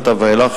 מעתה ואילך,